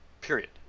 period